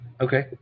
Okay